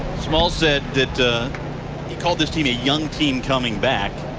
small said that he called this team a young team coming back.